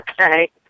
Okay